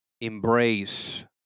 embrace